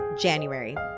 january